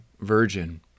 virgin